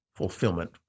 fulfillment